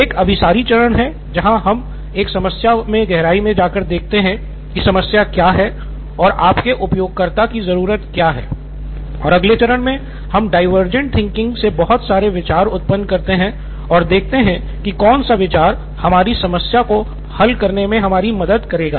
एक अभिसारी चरण है जहां हम एक समस्या में गहराई से जाकर देखते हैं कि समस्या क्या है और आपके उपयोगकर्ता की जरूरत क्या है और अगले चरण में हम डाइवर्जेंट थिंकिंग से बहुत सारे विचार उत्पन्न करते हैं और देखते है की कौन सा विचार हमारी समस्या को हल करने मे हमारी मदद करेगा